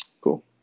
Cool